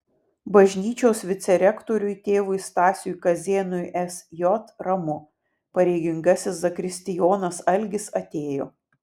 bažnyčios vicerektoriui tėvui stasiui kazėnui sj ramu pareigingasis zakristijonas algis atėjo